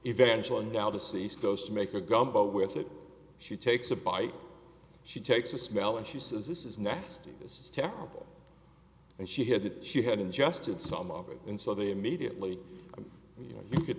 eventually now deceased goes to make a gumbo with it she takes a bite she takes a smell and she says this is next this is terrible and she had it she had ingested some of it and so they immediately you know you could